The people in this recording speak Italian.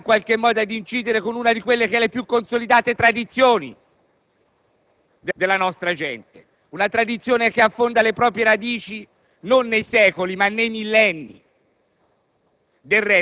di andare a incidere su una tra le più consolidate tradizioni della nostra gente, una tradizione che affonda le proprie radici non nei secoli ma nei millenni.